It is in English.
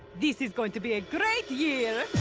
this is going to be a great year!